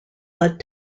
led